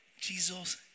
Jesus